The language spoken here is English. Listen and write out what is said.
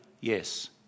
yes